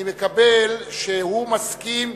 אני מקבל שהוא מסכים,